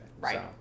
Right